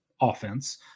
offense